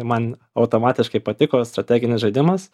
man automatiškai patiko strateginis žaidimas